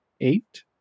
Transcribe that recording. eight